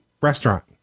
restaurant